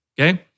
Okay